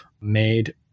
made